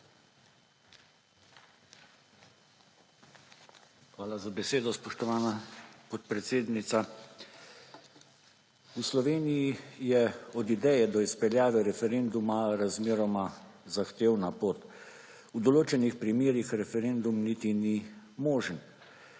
Hvala za besedo, spoštovana podpredsednica. V Sloveniji je od ideje do izpeljave referenduma razmeroma zahtevna pot. V določenih primerih referendum niti ni možen.